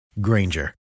Granger